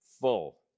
full